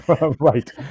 Right